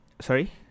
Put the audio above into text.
Sorry